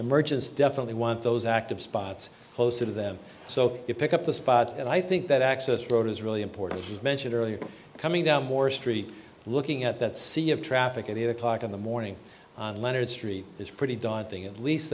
merchants definitely want those active spots close to them so if pick up the spots and i think that access road is really important as mentioned earlier coming down more street looking at that sea of traffic at eight o'clock in the morning on leonard street is pretty daunting at least